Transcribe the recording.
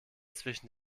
zwischen